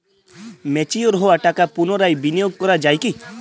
Mature হওয়া টাকা পুনরায় বিনিয়োগ করা য়ায় কি?